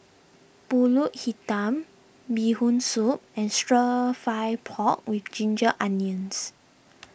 Pulut Hitam Bee Hoon Soup and Stir Fry Pork with Ginger Onions